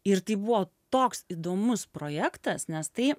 ir tai buvo toks įdomus projektas nes tai